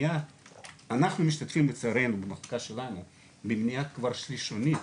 אנחנו משתתפים לצערנו במחלקה שלנו במניעה שלישונית,